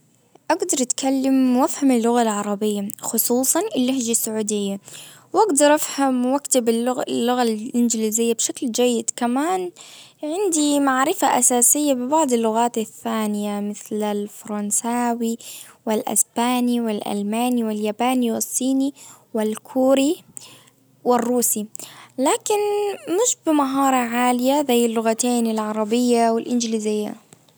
اقدر اتكلم وافهم اللغة العربية خصوصا اللهجة السعودية واقدر افهم واكتب اللغة الانجليزية بشكل جيد كمان عندي معرفة اساسية ببعض اللغات الثانية مثل فرنساوي والاسباني والالماني والياباني والصيني والكوري والروسي. لكن مش بمهارة عالية زي اللغتين العربية والانجليزية